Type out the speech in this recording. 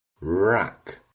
rack